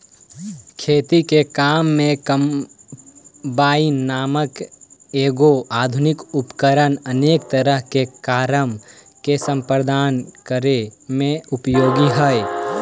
खेती के काम में कम्बाइन नाम के एगो आधुनिक उपकरण अनेक तरह के कारम के सम्पादन करे में उपयोगी हई